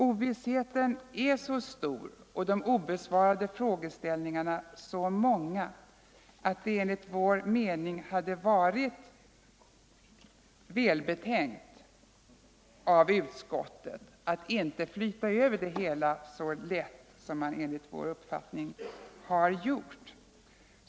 Ovissheten är så stor och de obesvarade frågeställningarna så många att det hade varit välbetänkt av utskottet att inte flyta över det hela så lätt som man enligt vår uppfattning har gjort.